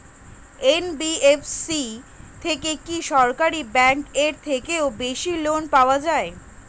NBFC থেকে কি সরকারি ব্যাংক এর থেকেও বেশি লোন পাওয়া যায়?